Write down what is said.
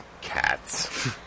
cats